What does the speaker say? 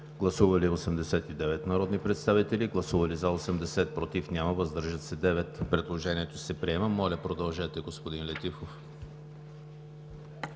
Гласували 100 народни представители: за 82, против няма, въздържат се 18. Предложението се приема. Моля продължете, господин Летифов.